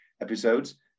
episodes